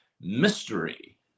mystery